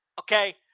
okay